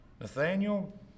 Nathaniel